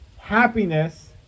happiness